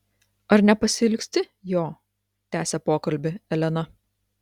ar nepasiilgsti jo tęsia pokalbį elena